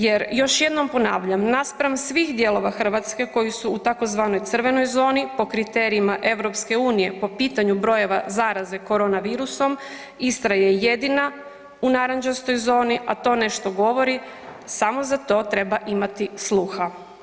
Jer još jednom ponavljam, naspram svih dijelova Hrvatske koji su u tzv. crvenoj zoni po kriterijima EU po pitanju brojeva zaraze korona virusom Istra je jedina u narančastoj zoni, a to nešto govori samo za to treba imati sluha.